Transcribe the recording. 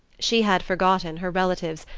she had forgotten her relatives,